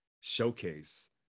showcase